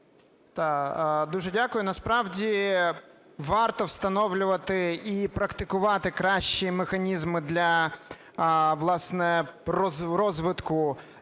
Дуже дякую. Насправді, варто встановлювати і практикувати кращі механізми для,